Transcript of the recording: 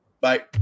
Bye